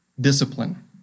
discipline